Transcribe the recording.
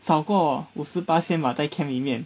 少过五十巴先吗在 camp 里面